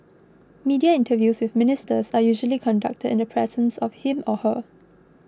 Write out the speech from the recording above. media interviews with Ministers are usually conducted in the presence of him or her